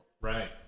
Right